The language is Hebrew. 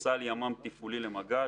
סל ימ"מ תפעולי למג"ד.